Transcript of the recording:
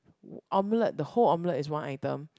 omelette the whole omelette is one item